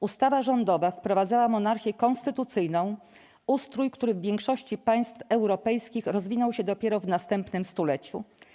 Ustawa Rządowa wprowadzała monarchię konstytucyjną, ustrój który w większości państw europejskich rozwinął się dopiero w następnym stuleciu.